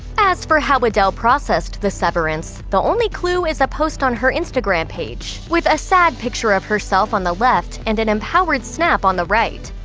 as for how adele processed the severance, the only clue is a post on her instagram page, with a sad picture of herself on the left and an empowered snap on the right.